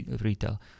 retail